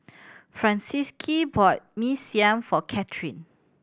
Francisqui bought Mee Siam for Katherine